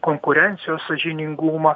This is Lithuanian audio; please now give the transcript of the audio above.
konkurencijos sąžiningumą